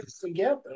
together